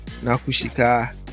Nakushika